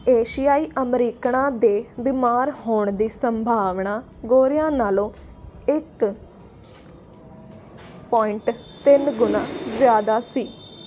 ਏਸ਼ੀਆਈ ਅਮਰੀਕਨਾਂ ਦੇ ਬਿਮਾਰ ਹੋਣ ਦੀ ਸੰਭਾਵਨਾ ਗੋਰਿਆਂ ਨਾਲੋਂ ਇੱਕ ਪੁਆਇੰਟ ਤਿੰਨ ਗੁਣਾ ਜ਼ਿਆਦਾ ਸੀ